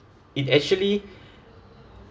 it actually